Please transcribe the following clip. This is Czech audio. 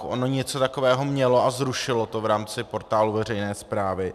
Ono něco takového mělo a zrušilo to v rámci Portálu veřejné správy.